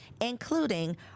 including